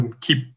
keep